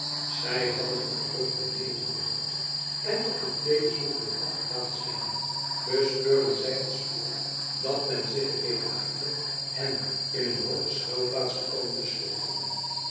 zij hadden het gerucht beneden gehoord en op de tweede zoldering afgedaald zijnde bespeurden zij al spoedig dat men zich gereedmaakte hen in hun hooge schuilplaats te komen bestoken